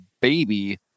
Baby